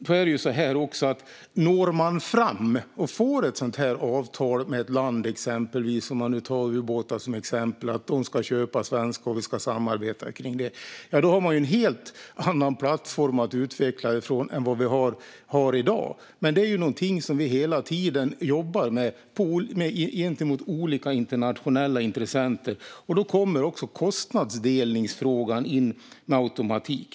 Om man når fram och får ett avtal med ett land - till exempel köpa och samarbeta runt svenska ubåtar - har man en helt annan plattform att utveckla från än vad som finns i dag. Det är något som vi hela tiden jobbar med gentemot olika internationella intressenter. Då kommer med automatik kostnadsdelningsfrågan in.